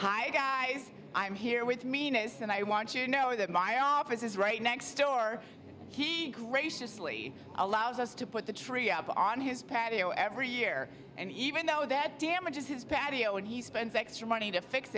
hi guys i'm here with meanness and i want you know that my office is right next door graciously allows us to put the tree up on his patio every year and even though that damages his patio and he spends extra money to fix